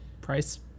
Price